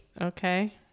Okay